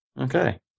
Okay